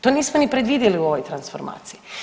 To nismo ni predvidjeli u ovoj transformaciji.